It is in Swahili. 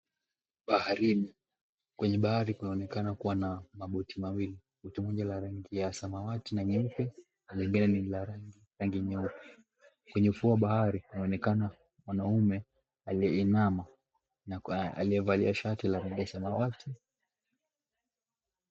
Baharini kwenye bahari kunaonekana kuwa na maboti mawili, boti moja la rangi ya samawati na nyeupe na lingine ni la rangi nyeupe. Kwenye ufuo wa bahari inaonekana mwanaume aliyeinama na aliyevalia shati la samawati